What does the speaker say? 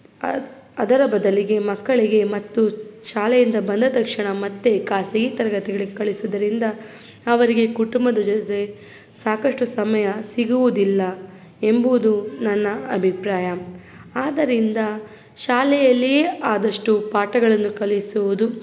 ಅದು ಅದರ ಬದಲಿಗೆ ಮಕ್ಕಳಿಗೆ ಮತ್ತು ಶಾಲೆಯಿಂದ ಬಂದ ತಕ್ಷಣ ಮತ್ತೆ ಖಾಸಗಿ ತರಗತಿಗಳಿಗೆ ಕಳಿಸುವುದರಿಂದ ಅವರಿಗೆ ಕುಟುಂಬದ ಜೊತೆ ಸಾಕಷ್ಟು ಸಮಯ ಸಿಗುವುದಿಲ್ಲ ಎಂಬುವುದು ನನ್ನ ಅಭಿಪ್ರಾಯ ಆದ್ದರಿಂದ ಶಾಲೆಯಲ್ಲಿಯೇ ಆದಷ್ಟು ಪಾಠಗಳನ್ನು ಕಲಿಸುವುದು